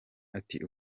ati